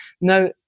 Now